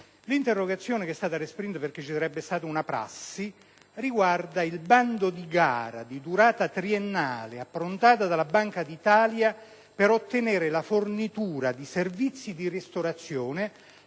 L'interrogazione, che è stata respinta perché ci sarebbe una prassi in tal senso, riguarda il bando di gara, di durata triennale, approntato dalla Banca d'Italia per la fornitura di servizi di ristorazione